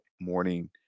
morning